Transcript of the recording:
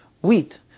wheat